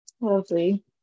Lovely